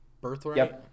Birthright